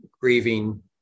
grieving